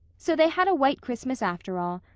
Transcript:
so they had a white christmas after all,